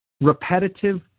Repetitive